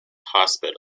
hospital